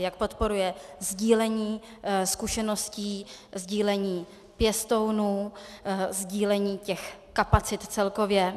Jak podporuje sdílení zkušeností, sdílení pěstounů, sdílení těch kapacit celkově?